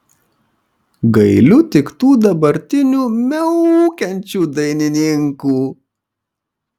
gailiu tik tų dabartinių miaukiančių dainininkų